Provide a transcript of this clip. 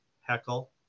heckle